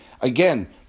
Again